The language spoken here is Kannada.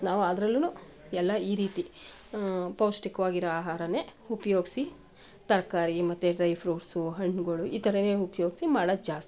ನಾವು ಅದ್ರಲ್ಲಿನೂ ಎಲ್ಲ ಈ ರೀತಿ ಪೌಷ್ಟಿಕವಾಗಿರೋ ಆಹಾರವೇ ಉಪಯೋಗ್ಸಿ ತರಕಾರಿ ಮತ್ತು ಡ್ರೈ ಫ್ರೂಟ್ಸು ಹಣ್ಣುಗಳು ಈ ಥರನೇ ಉಪಯೋಗ್ಸಿ ಮಾಡೋದು ಜಾಸ್ತಿ